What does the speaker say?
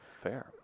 Fair